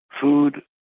food